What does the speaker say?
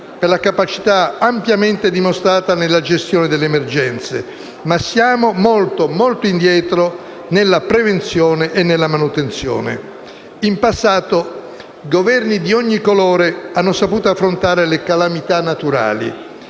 per la capacità ampiamente dimostrata nella gestione delle emergenze, ma siamo davvero molto indietro nella prevenzione e nella manutenzione. In passato Governi di ogni colore hanno saputo affrontare le calamità naturali,